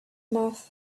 mouth